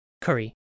Curry